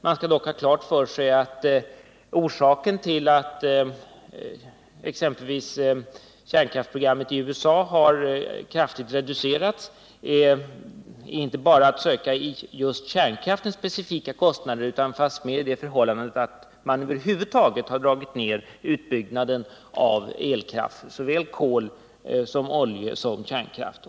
Man skall dock ha klart för sig att orsaken till att exempelvis kärnkraftsprogrammet i USA har kraftigt reducerats inte bara är att söka i just kärnkraftens speciella kostnader utan fastmer i det förhållandet att man över huvud taget har dragit ned utbyggnaden av elenergiproduktionen, vare sig den är baserad på kol, olja eller kärnkraft.